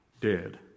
dead